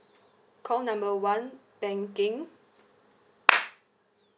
call number one banking